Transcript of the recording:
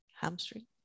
hamstring